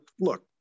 look